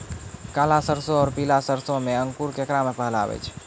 काला सरसो और पीला सरसो मे अंकुर केकरा मे पहले आबै छै?